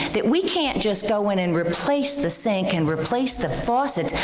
that we can't just go in and replace the sink and replace the faucets,